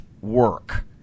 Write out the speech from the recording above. work